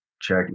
check